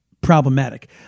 problematic